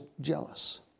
jealous